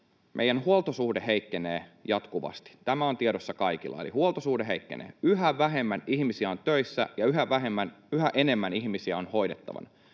meidän huoltosuhde heikkenee jatkuvasti. Tämä on tiedossa kaikilla, eli huoltosuhde heikkenee: yhä vähemmän ihmisiä on töissä, ja yhä enemmän ihmisiä on hoidettavana.